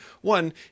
one